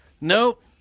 Nope